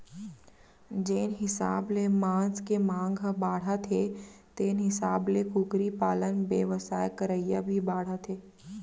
जेन हिसाब ले मांस के मांग ह बाढ़त हे तेन हिसाब ले कुकरी पालन बेवसाय करइया भी बाढ़त हें